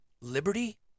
liberty